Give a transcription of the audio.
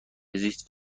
زیست